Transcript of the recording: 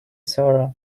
sarah